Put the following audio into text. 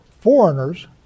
Foreigners